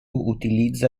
utilizza